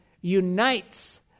unites